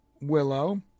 Willow